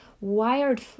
wired